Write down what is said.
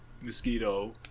mosquito